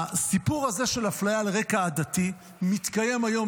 הסיפור הזה של אפליה על רקע עדתי מתקיים היום,